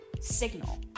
signal